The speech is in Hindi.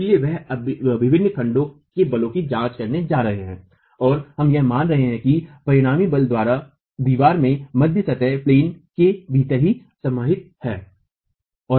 इसलिए हम विभिन्न खंडों में बलों की जांच करने जा रहे हैं और हम यह मान रहे हैं कि परिणामी बल दीवार के मध्य सतह के भीतर ही समाहित हैं